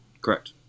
Correct